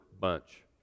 bunch